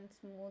smooth